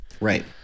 Right